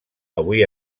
avui